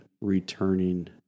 returning